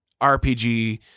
RPG